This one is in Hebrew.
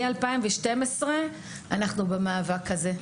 משנת 2012 אנחנו במאבק הזה.